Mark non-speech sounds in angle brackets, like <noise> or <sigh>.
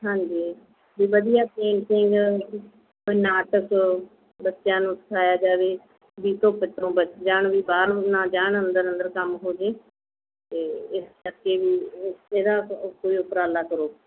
ਹਾਂਜੀ ਵੀ ਵਧੀਆ ਪੇਂਟਿੰਗ ਕੋਈ ਨਾਟਕ ਬੱਚਿਆਂ ਨੂੰ ਸਿਖਾਇਆ ਜਾਵੇ ਜਿਸ ਤੋਂ <unintelligible> ਜਾਣ ਵੀ ਬਾਹਰ ਨਾਂ ਜਾਣ ਅੰਦਰ ਅੰਦਰ ਕੰਮ ਹੋ ਜਾਵੇ ਅਤੇ ਇਸ ਕਰਕੇ ਵੀ ਇ ਇਹਦਾ ਕੋ ਕੋਈ ਉਪਰਾਲਾ ਕਰੋ